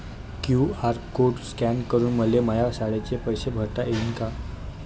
QR code scan करून मले माया शाळेचे पैसे भरता येईन का?